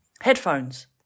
Headphones